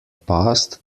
past